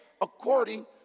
according